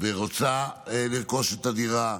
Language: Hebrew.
ורוצה לרכוש את הדירה,